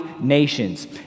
nations